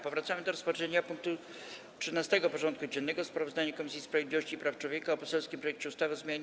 Powracamy do rozpatrzenia punktu 13. porządku dziennego: Sprawozdanie Komisji Sprawiedliwości i Praw Człowieka o poselskim projekcie ustawy o zmianie